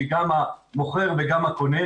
כי גם המוכר וגם הקונה,